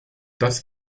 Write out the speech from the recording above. das